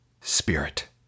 spirit